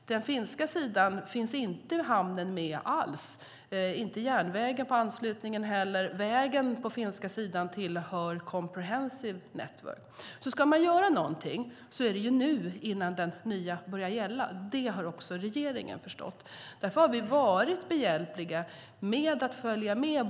På den finska sidan finns inte hamnen med alls, och inte heller järnvägen på anslutningen. Vägen på den finska sidan tillhör comprehensive network. Ska man göra någonting är det alltså nu, innan det nya börjar gälla. Det har också regeringen förstått. Därför har vi varit behjälpliga med att följa med.